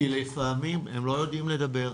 כי לפעמים הם לא יודעים לדבר,